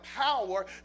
power